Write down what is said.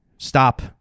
stop